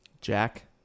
Jack